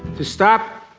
to stop